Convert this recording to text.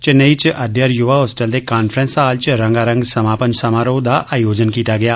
चैन्नई च अध्यर युवा होस्टल दे कांफ्रैंस हाल च रंगारंग समापन समारोह दा आयोजन कीता गेआ